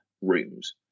rooms